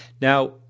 Now